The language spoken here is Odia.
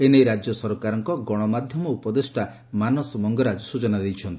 ଏନେଇ ରାଜ୍ୟ ସରକାରଙ୍କ ଗଶମାଧ୍ଧମ ଉପଦେଷ୍ଟା ମାନସ ମଙ୍ଗରାଜ ସୂଚନା ଦେଇଛନ୍ତି